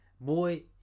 Boy